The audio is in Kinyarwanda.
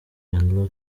can